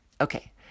Okay